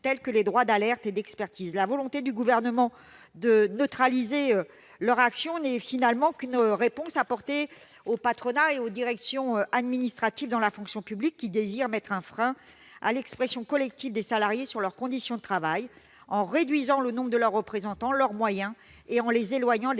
comme les droits d'alerte et d'expertise. La volonté du Gouvernement- neutraliser l'action de ces comités -n'est finalement qu'une réponse apportée au patronat et aux directions administratives de la fonction publique. Ces derniers désirent mettre un frein à l'expression collective des salariés sur leurs conditions de travail, en réduisant le nombre des représentants de ceux-ci, leurs moyens, et en les éloignant des